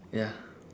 ya